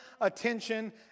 attention